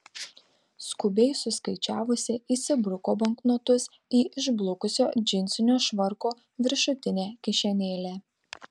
skubiai suskaičiavusi įsibruko banknotus į išblukusio džinsinio švarko viršutinę kišenėlę